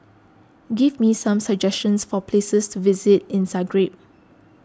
give me some suggestions for places to visit in Zagreb